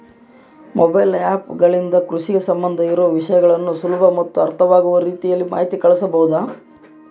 Mobile app ಗಳಿಂದ ಕೃಷಿಗೆ ಸಂಬಂಧ ಇರೊ ವಿಷಯಗಳನ್ನು ಸುಲಭ ಮತ್ತು ಅರ್ಥವಾಗುವ ರೇತಿ ಮಾಹಿತಿ ಕಳಿಸಬಹುದಾ?